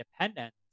independence